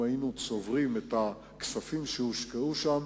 אם היינו צוברים את הכספים שהושקעו שם,